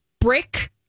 brick